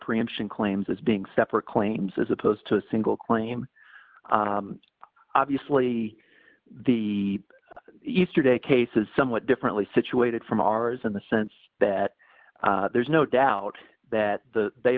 preemption claims as being separate claims as opposed to a single claim obviously the easter day case is somewhat differently situated from ours in the sense that there's no doubt that they